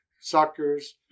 suckers